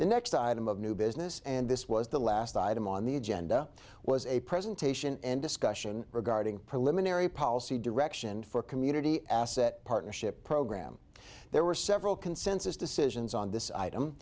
the next item of new business and this was the last item on the agenda was a presentation and discussion regarding preliminary policy direction for community asset partnership program there were several consensus decisions on this item